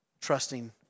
trusting